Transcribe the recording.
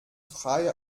freie